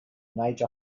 major